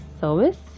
service